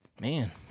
Man